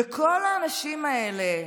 וכל האנשים האלה,